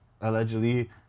allegedly